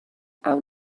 awn